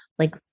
Like-